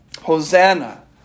Hosanna